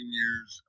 years